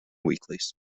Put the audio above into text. weeklies